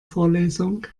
vorlesung